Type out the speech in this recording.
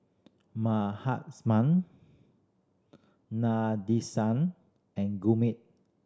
Mahatma Nadesan and Gurmeet